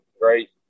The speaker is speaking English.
great